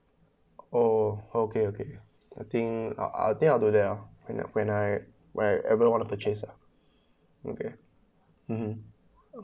orh okay okay I think uh I think I will do that uh when I when I ever want to purchase uh okay mmhmm